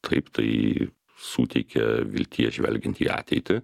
taip tai suteikia vilties žvelgiant į ateitį